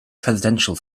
presidential